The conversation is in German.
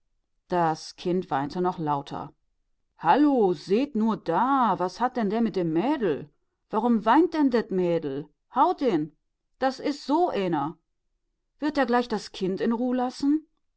das kind weinte noch lauter hallo seht nur da was hat denn der mit dem mädel warum weint denn det mädel haut ihn das is so eener wird er gleich das kind in ruh lassen